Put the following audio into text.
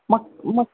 ಮಕ್ ಮಕ್